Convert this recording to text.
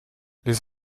les